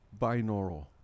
binaural